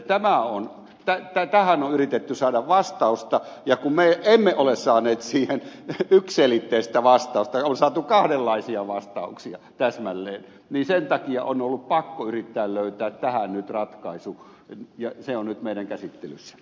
tähän on yritetty saada vastausta ja kun me emme ole saaneet siihen yksiselitteistä vastausta on saatu kahdenlaisia vastauksia täsmälleen niin sen takia on ollut pakko yrittää löytää tähän nyt ratkaisu ja se on nyt meidän käsittelyssämme